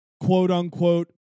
quote-unquote